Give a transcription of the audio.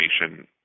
information